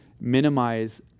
minimize